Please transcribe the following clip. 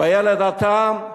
בילד התם,